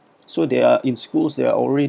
so they are in schools there already